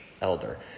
elder